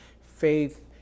faith